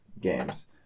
games